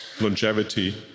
longevity